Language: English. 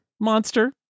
monster